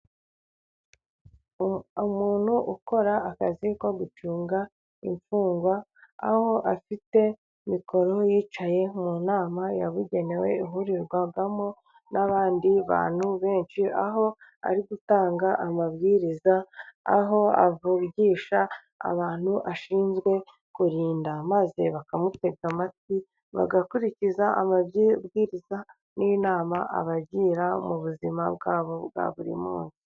Umuntu ukora akazi ko gucunga imfungwa, aho afite mikoro yicaye mu nama yabugenewe ihurirwamo n'abandi bantu benshi, aho ari gutanga amabwiriza, aho avugisha abantu ashinzwe kurinda maze bakamutega amatwi bagakurikiza amabwiriza n'inama abagira mu buzima bwabo bwa buri munsi.